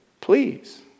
please